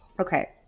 Okay